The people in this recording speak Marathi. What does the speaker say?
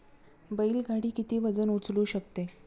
बैल गाडी किती वजन उचलू शकते?